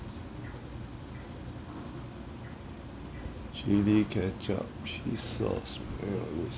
chilli ketchup cheese sauce mayonnaise